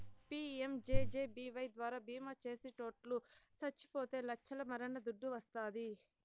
PMJJBY ద్వారా బీమా చేసిటోట్లు సచ్చిపోతే లచ్చల మరణ దుడ్డు వస్తాది